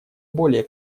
более